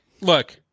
look